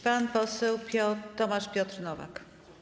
Pan poseł Tomasz Piotr Nowak.